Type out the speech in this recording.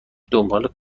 دنبال